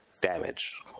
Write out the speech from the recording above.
damage